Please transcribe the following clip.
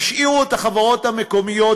השאירו את החברות המקומיות,